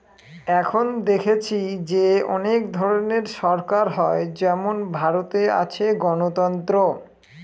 এখন দেখেছি যে অনেক ধরনের সরকার হয় যেমন ভারতে আছে গণতন্ত্র